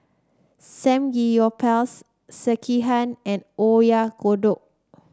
Samgeyopsal Sekihan and Oyakodon